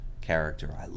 character